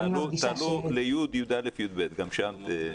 תעלו גם לכיתות י', י"א ו-י"ב ותעשו את זה גם שם.